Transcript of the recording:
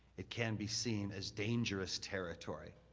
it can be seen as dangerous territory,